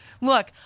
look